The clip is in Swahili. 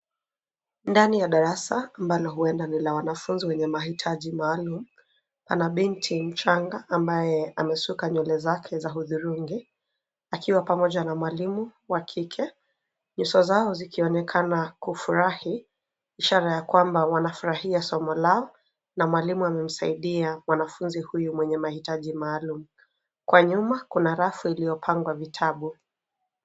Ndani ya darasa ambalo huenda ni la wanafunzi wenye mahitaji maalumu, pana binti mchanga ambaye amesuka nyule zake za hudhurungi, akiwa pamoja na mwalimu wa kike. Nyuso zao zikionekana kufurahi ishara ya kwamba wanafurahia somo lao na mwalimu amemsaidia mwanafunzi huyu mwenye mahitaji maalumu kwa nyuma kuna rafu iliyopangwa vitabu.